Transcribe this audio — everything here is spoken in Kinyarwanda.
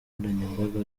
nkoranyambaga